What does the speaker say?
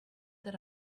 that